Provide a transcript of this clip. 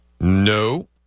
No